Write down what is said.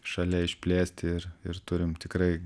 šalia išplėsti ir ir turim tikrai